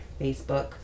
Facebook